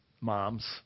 moms